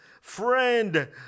friend